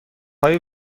های